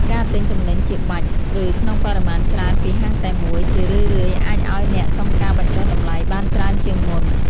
ការទិញទំនិញជាបាច់ ឬក្នុងបរិមាណច្រើនពីហាងតែមួយ ជារឿយៗអាចឱ្យអ្នកសុំការបញ្ចុះតម្លៃបានច្រើនជាងមុន។